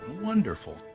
Wonderful